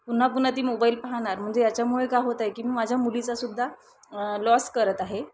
पुन्हा पुन्हा ती मोबाईल पाहणार म्हणजे याच्यामुळे का होत आहे की मी माझ्या मुलीचा सुद्धा लॉस करत आहे